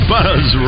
Buzz